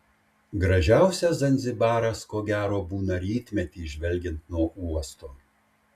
gražiausias zanzibaras ko gero būna rytmetį žvelgiant nuo uosto